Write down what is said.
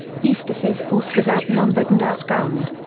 eustace's force was outnumbered and outgunned.